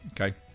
okay